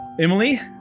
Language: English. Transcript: Emily